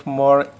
more